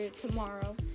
tomorrow